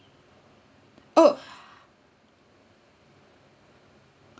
oh